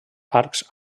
arcs